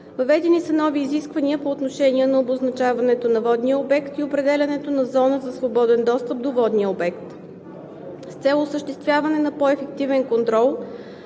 Въведени са нови изисквания по отношение на обозначаването на водния обект и определянето на зона за свободен достъп до водния обект. С цел осъществяване на по-ефективен контрол